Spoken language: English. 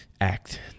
act